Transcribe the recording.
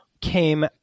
came